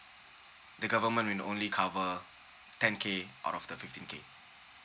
the government will only cover ten K out of the fifteen K